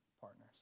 partners